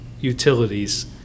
utilities